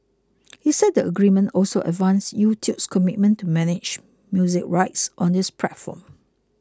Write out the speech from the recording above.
he said the agreement also advanced YouTube's commitment to manage music rights on its platform